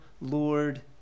Lord